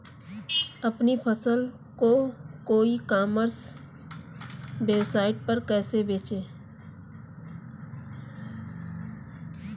अपनी फसल को ई कॉमर्स वेबसाइट पर कैसे बेचें?